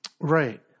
Right